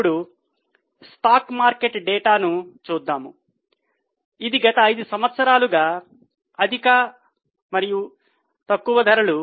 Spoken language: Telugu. ఇప్పుడు స్టాక్ మార్కెట్ డేటాను చూద్దాం ఇది గత 5 సంవత్సరాలుగా అధిక మరియు తక్కువ ధరలు